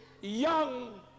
young